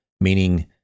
Meaning